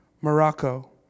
Morocco